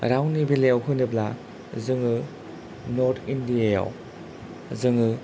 रावनि बेलायाव होनोब्ला जोङो नर्ट इण्डिया आव जोङो